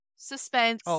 suspense